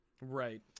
right